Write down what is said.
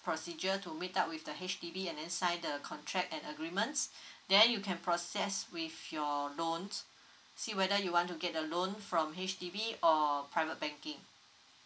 procedure to meet up with the H_D_B and then sign the contract and the agreements then you can process with your loan see whether you want to get a loan from H_D_B or private banking